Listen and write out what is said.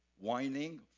Whining